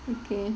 okay